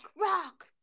Rock